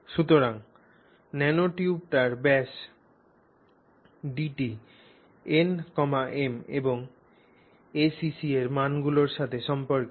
সুতরাং ন্যানোটিউবটির ব্যাস ডিটি n m এবং acc র মানগুলির সাথে সম্পর্কিত